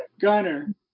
Gunner